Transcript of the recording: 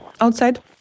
outside